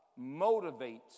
Motivates